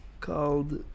called